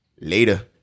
Later